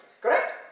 Correct